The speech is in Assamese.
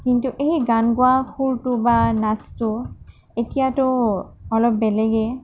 কিন্তু সেই গান গোৱা সুৰটো বা নাচটো এতিয়াতো অলপ বেলেগেই